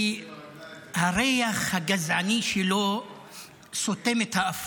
כי הריח הגזעני שלו סותם את האף